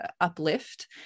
uplift